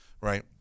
right